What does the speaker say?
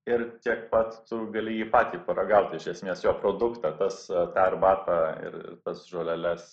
ir tiek pat gali jį patį paragaut iš esmės jo produktą tas tą arbatą ir tas žoleles